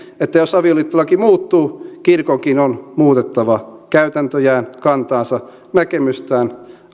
että jos avioliittolaki muuttuu kirkonkin on muutettava käytäntöjään kantaansa näkemystään